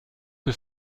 que